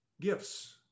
gifts